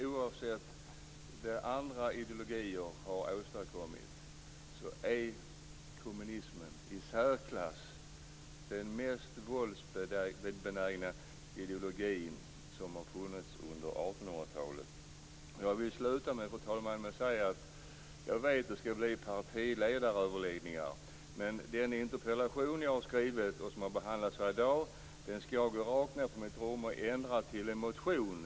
Oavsett vad andra ideologier har åstadkommit, är kommunismen i särklass den mest våldsbenägna ideologin som har funnits under 1800-talet. Fru talman! Jag vet att det skall bli partiledaröverläggningar. Den interpellation som jag skrivit och som behandlats i dag, skall jag nu ändra till en motion.